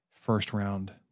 first-round